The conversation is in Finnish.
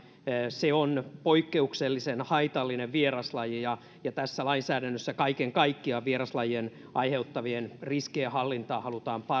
se on poikkeuksellisen haitallinen vieraslaji ja ja tässä lainsäädännössä kaiken kaikkiaan vieraslajien aiheuttamien riskien hallintaa halutaan